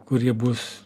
kurie bus